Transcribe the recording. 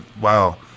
wow